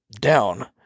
down